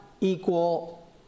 equal